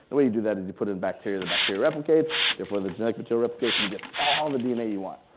the way you do that is you put in bacteria, the bacteria replicates, therefore the genetic but material replicates, and you get all the dna you want.